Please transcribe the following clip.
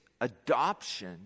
adoption